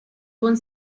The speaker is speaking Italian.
buon